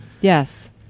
yes